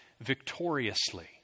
victoriously